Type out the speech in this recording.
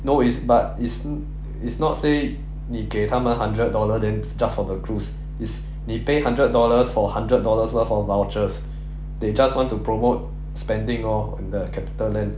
no it's but it's it's not say 你给他们 hundred dollar then just for the clues it's 你 pay hundred dollars for hundred dollars worth of vouchers they just want to promote spending orh on the CapitaLand